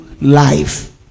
life